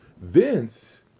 Vince